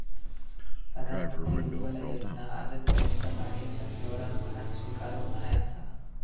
प्रधानमंत्री उज्ज्वला योजना आजूनपर्यात कार्यक्षम धोरण म्हणान स्वीकारूक नाय आसा